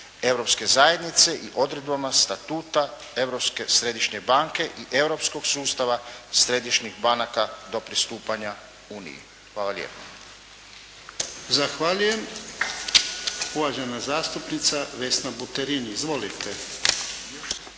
Europske zajednice i s odredbama Statuta Europske središnje banke i Europskog sustava središnjih banka do pristupanja uniji. Hvala lijepo. **Jarnjak, Ivan (HDZ)** Zahvaljujem. Uvažena zastupnica Vesna Buterin. Izvolite.